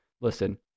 Listen